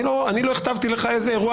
אני לא הכתבתי לך איזה אירוע